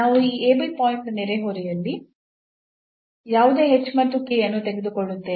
ನಾವು ಈ ಪಾಯಿಂಟ್ನ ನೆರೆಹೊರೆಯಲ್ಲಿ ಯಾವುದೇ ಮತ್ತು ಅನ್ನು ತೆಗೆದುಕೊಳ್ಳುತ್ತೇವೆ